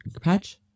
patch